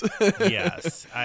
Yes